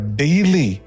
daily